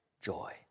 joy